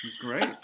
Great